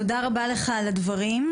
תודה רבה לך על הדברים.